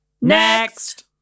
Next